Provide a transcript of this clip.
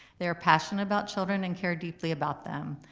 they are passionate about children and care deeply about them.